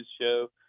show